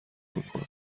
میکنن